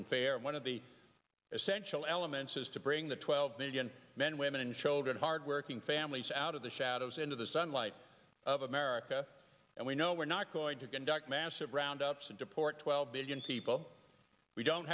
and fair and one of the essential elements is to bring the twelve million men women and children hardworking families out of the shadows into the sunlight of america and we know we're not going to conduct massive roundups and deport twelve million people we don't